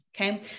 Okay